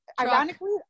Ironically